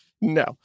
No